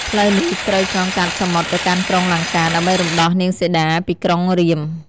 ផ្លូវនេះត្រូវឆ្លងកាត់សមុទ្រទៅកាន់ក្រុងលង្កា ដើម្បីរំដោះនាងសីតាពីក្រុងរាពណ៍។